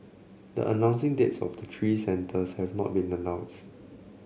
the announcing dates of the three centres have not been announced